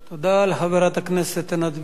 תודה לחברת הכנסת עינת וילף.